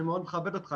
אני מאוד מכבד אותך.